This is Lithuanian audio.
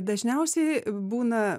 dažniausiai būna